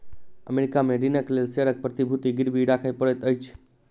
America में ऋणक लेल शेयरक प्रतिभूति गिरवी राखय पड़ैत अछि